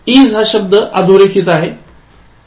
Is हा शब्द अधोरेखित आहे